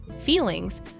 feelings